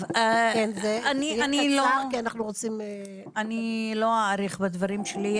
אני לא אאריך בדברים שלי,